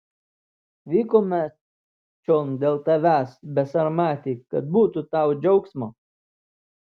vykome čion dėl tavęs besarmati kad būtų tau džiaugsmo